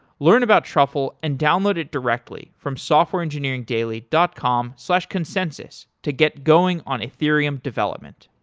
learn about truffle and download it directly from softwareengineeringdaily dot com slash consensys to get going on ethereum development.